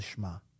lishma